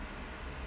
yup